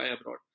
abroad